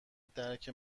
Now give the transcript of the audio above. درک